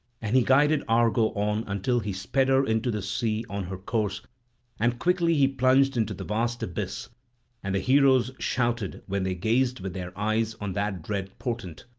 and he guided argo on until he sped her into the sea on her course and quickly he plunged into the vast abyss and the heroes shouted when they gazed with their eyes on that dread portent.